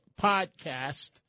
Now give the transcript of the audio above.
podcast